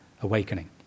awakening